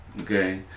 okay